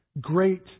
great